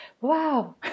wow